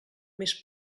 més